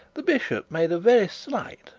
the bishop made a very slight,